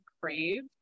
crave